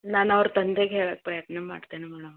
ನಾನು ಅವ್ರ ತಂದೆಗೆ ಹೇಳಕೆ ಪ್ರಯತ್ನ ಮಾಡ್ತೇನೆ ಮೇಡಮ್